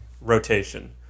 rotation